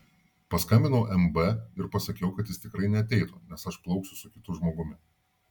paskambinau mb ir pasakiau kad jis tikrai neateitų nes aš plauksiu su kitu žmogumi